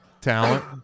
talent